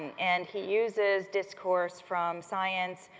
and he uses discourse from science,